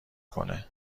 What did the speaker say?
کنه